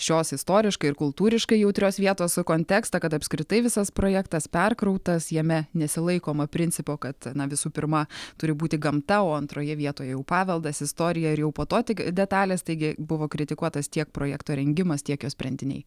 šios istoriškai ir kultūriškai jautrios vietos kontekstą kad apskritai visas projektas perkrautas jame nesilaikoma principo kad na visų pirma turi būti gamta o antroje vietoje jau paveldas istorija ir jau po to tik detalės taigi buvo kritikuotas tiek projekto rengimas tiek jo sprendiniai